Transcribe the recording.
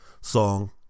song